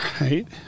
right